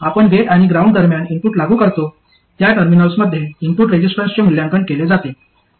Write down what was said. आपण गेट आणि ग्राउंड दरम्यान इनपुट लागू करतो त्या टर्मिनल्समध्ये इनपुट रेजिस्टन्सचे मूल्यांकन केले जाते